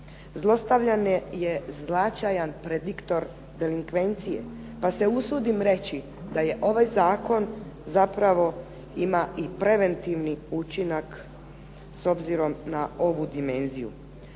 Zlostavljanje je značajan prediktor delinkvencije, pa se usudim reći da je ovaj zakon zapravo ima i preventivni učinak s obzirom na ovu dimenziju.